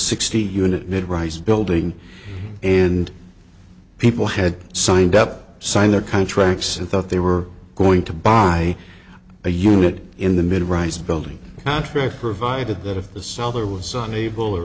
sixty unit mid rise building and people had signed up signed their contracts and thought they were going to buy a unit in the mid rise building contractor violated that if the seller was unable or